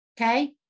Okay